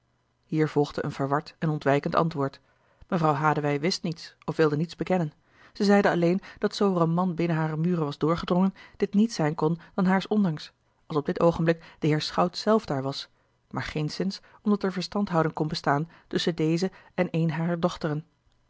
volgde een verward en ontwijkend antwoord mevrouwe hadewij wist niets of wilde niets bekennen zij zeide alleen dat zoo er een man binnen hare muren was doorgedrongen dit niet zijn kon dan haars ondanks als op dit oogenblik de heer schout zelf daar was maar geenszins omdat er verstandhouding kon bestaan tusschen dezen en eene harer dochteren